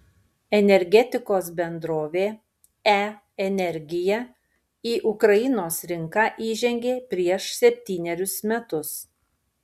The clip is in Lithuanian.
energetikos bendrovė e energija į ukrainos rinką įžengė prieš septynerius metus